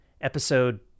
episode –